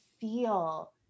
feel